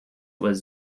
was